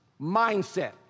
mindset